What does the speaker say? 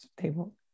table